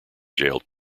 jailed